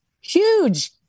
huge